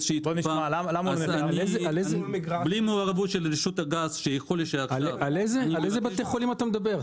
בלי מעורבות של רשות הגז --- על איזה בתי חולים אתה מדבר?